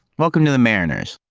welcome to the mariners!